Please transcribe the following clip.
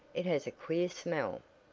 it has a queer smell.